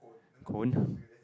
cone